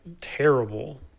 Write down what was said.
terrible